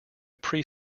pre